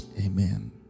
Amen